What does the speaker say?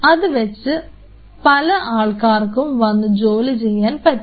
അത് വെച്ച് പല ആൾക്കാർക്കും വന്നു ജോലി ചെയ്യാൻ പറ്റും